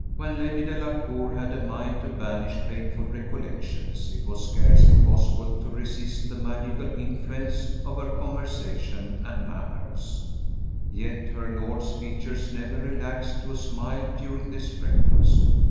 when lady delacour had a mind to banish painful recollections, it was scarcely possible to resist the magical influence of her conversation and manners yet her lord's features never relaxed to a smile during this breakfast.